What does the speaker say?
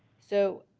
so